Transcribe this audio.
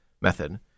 method